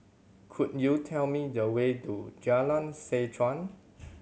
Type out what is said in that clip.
could you tell me the way to Jalan Seh Chuan